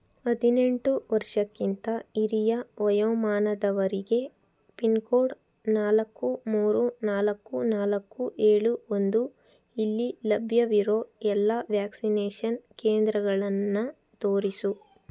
ಹದಿನೆಂಟು ವರ್ಷಕ್ಕಿಂತ ಹಿರಿಯ ವಯೋಮಾನದವರಿಗೆ ಪಿನ್ಕೋಡ್ ನಾಲ್ಕು ಮೂರು ನಾಲ್ಕು ನಾಲ್ಕುಏಳು ಒಂದು ಇಲ್ಲಿ ಲಭ್ಯವಿರೋ ಎಲ್ಲ ವ್ಯಾಕ್ಸಿನೇಷನ್ ಕೇಂದ್ರಗಳನ್ನು ತೋರಿಸು